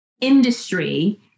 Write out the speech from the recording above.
industry